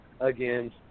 again